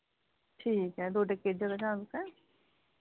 ठीक ऐ डोडै केह्ड़ी जगह जाना तुसें